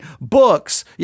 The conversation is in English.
books